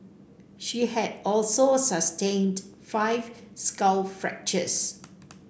she had also sustained five skull fractures